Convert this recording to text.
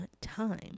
time